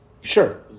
Sure